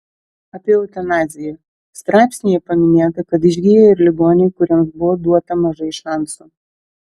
apie eutanaziją straipsnyje paminėta kad išgyja ir ligoniai kuriems buvo duota mažai šansų